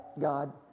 God